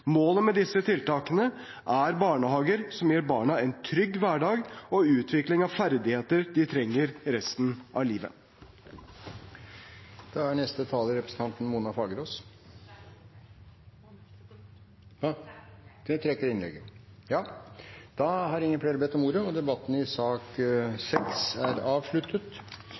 Målet med disse tiltakene er barnehager som gir barna en trygg hverdag og utvikling av ferdigheter de trenger resten av livet. Flere har ikke bedt om ordet til sak nr. 6. Jeg vil starte med å hilse fra saksordføreren, som i dag dessverre måtte holde sengen. På vegne av saksordføreren og